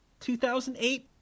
2008